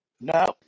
No